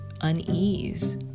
unease